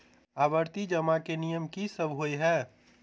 आवर्ती जमा केँ नियम की सब होइ है?